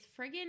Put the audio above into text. friggin' –